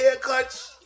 haircuts